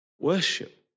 Worship